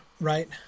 right